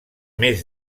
més